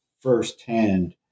firsthand